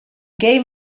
gay